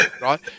right